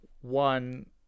one